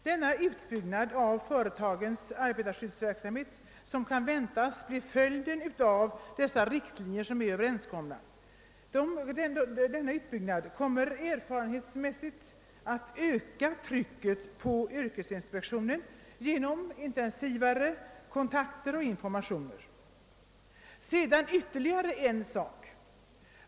Den utbyggnad av företagens arbetarskyddsverksamhet, som kan väntas bli följden av dessa riktlinjer, kommer erfarenhetsmässigt att öka trycket på yrkesinspektionen genom intensivare kontakter och informationer. Sedan ytterligare en sak.